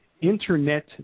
Internet